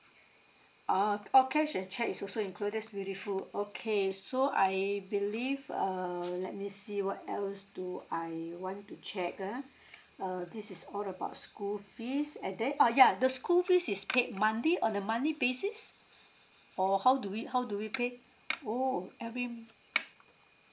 ah oh cash and cheque is also included that's beautiful okay so I believe err let me see what else do I want to check ah err this is all about school fees and then ah yeah the school fees is paid monthly on a monthly basis or how do we how do we pay oh every